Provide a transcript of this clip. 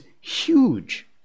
huge